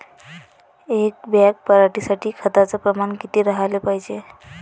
एक बॅग पराटी साठी खताचं प्रमान किती राहाले पायजे?